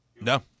No